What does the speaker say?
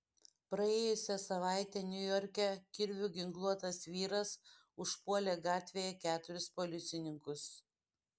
praėjusią savaitę niujorke kirviu ginkluotas vyras užpuolė gatvėje keturis policininkus